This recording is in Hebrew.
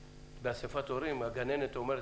באסיפת הורים, הגננת אומרת,